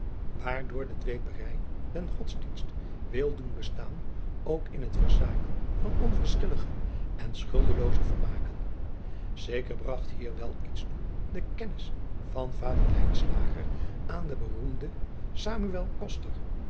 waardoor de dweeperij den godsdienst wil doen bestaan ook in het verzaken van onverschillige en schuldelooze vermaken zeker bragt hier wel iets toe de kennis van vader lijnslager aan den beroemden